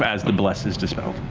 as the bless is dispelled.